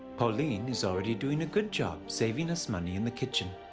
pauline is already doing a good job saving us money in the kitchen.